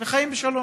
חיים בשלום.